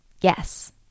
Yes